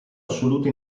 assoluto